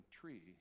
tree